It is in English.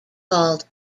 called